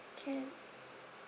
can